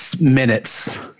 minutes